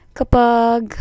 kapag